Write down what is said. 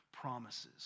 promises